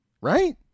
right